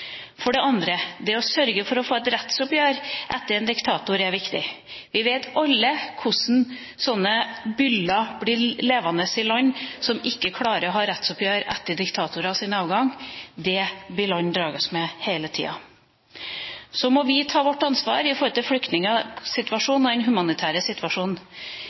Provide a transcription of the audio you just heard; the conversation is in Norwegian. For det andre: Det å sørge for å få et rettsoppgjør etter en diktator er viktig. Vi vet alle hvordan sånne byller blir værende i land som ikke har rettsoppgjør etter diktatorers avgang. Det vil landene dras med hele tiden. For det tredje: Så må vi ta vårt ansvar når det gjelder flyktningsituasjonen og den humanitære situasjonen.